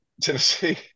Tennessee